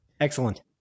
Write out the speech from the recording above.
Excellent